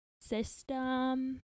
...system